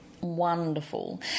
wonderful